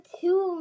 two